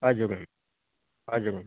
हजुर हजुर